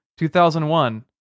2001